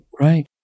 Right